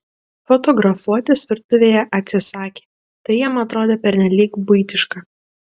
fotografuotis virtuvėje atsisakė tai jam atrodė pernelyg buitiška